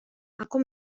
aku